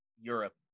Europe